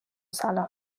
صلاح